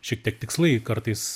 šiek tiek tikslai kartais